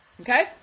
okay